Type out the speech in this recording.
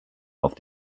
auf